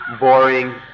boring